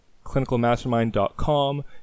clinicalmastermind.com